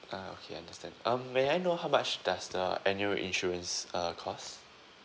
ah okay understand um may I know how much does the annual insurance uh cost